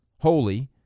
Holy